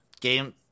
Game